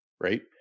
right